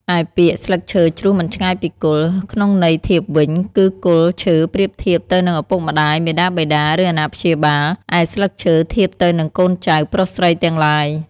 ឯពាក្យ ស្លឹកឈើជ្រុះមិនឆ្ងាយពីគល់ ក្នុងន័យធៀបវិញ គឺគល់ឈើប្រៀបធៀបទៅនិងឱពុកម្ដាយ មាតាបិតា ឬអាណាព្យាបាល ឯស្លឹកឈើធៀបទៅនិងកូនចៅប្រុសស្រីទាំងឡាយ។